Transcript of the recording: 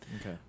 Okay